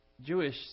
Jewish